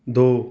ਦੋ